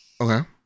Okay